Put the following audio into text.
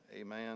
amen